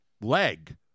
leg